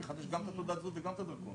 הוא יחדש גם את תעודת הזהות וגם את הדרכון.